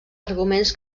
arguments